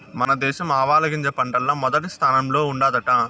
మన దేశం ఆవాలగింజ పంటల్ల మొదటి స్థానంలో ఉండాదట